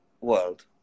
world